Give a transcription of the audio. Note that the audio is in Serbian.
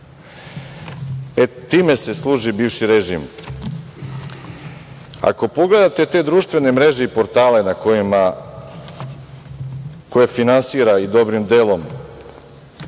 E time se služi bivši režim. Ako pogledate te društvene mreže i portale koje finansira i dobrim delom